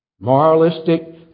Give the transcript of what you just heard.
Moralistic